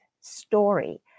story